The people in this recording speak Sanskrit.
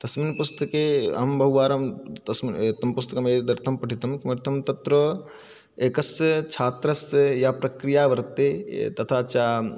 तस्मिन् पुस्तके अहं बहु वारं तस् तं पुस्तकम् एतदर्थं पठितं किमर्थं तत्र एकस्य छात्रस्य या प्रक्रिया वर्तते ए तथा च